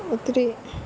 ഒത്തിരി